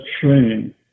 training